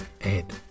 Ed